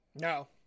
No